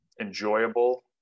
enjoyable